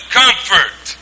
comfort